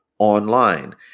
online